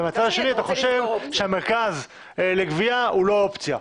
ומהצד השני אתה חושב שהמרכז לגבייה הוא לא אופציה.